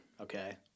okay